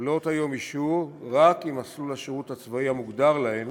מקבלות היום אישור רק אם מסלול השירות הצבאי המוגדר להן